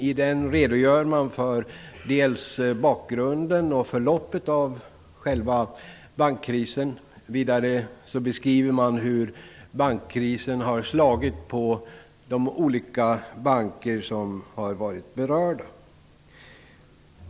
I den redogör man för bakgrunden till och förloppet av själva bankkrisen. Vidare beskriver man hur bankkrisen har slagit för de olika banker som har varit berörda.